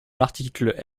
l’article